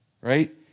right